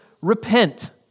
repent